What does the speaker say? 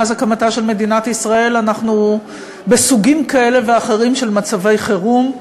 מאז הקמתה של מדינת ישראל אנחנו בסוגים כאלה ואחרים של מצבי חירום,